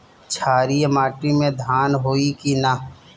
क्षारिय माटी में धान होई की न?